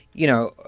you know,